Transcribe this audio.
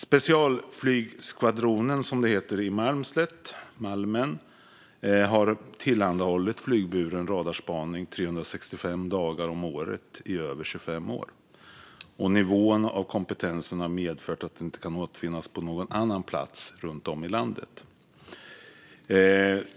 Specialflygskvadronen, som det heter, i Malmslätt, Malmen, har tillhandahållit flygburen radarspaning 365 dagar om året i över 25 år. Nivån på kompetensen har medfört att detta inte kan återfinnas på någon annan plats runt om i landet.